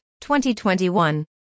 2021